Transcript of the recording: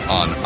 on